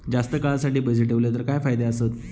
जास्त काळासाठी पैसे ठेवले तर काय फायदे आसत?